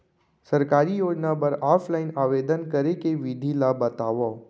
सरकारी योजना बर ऑफलाइन आवेदन करे के विधि ला बतावव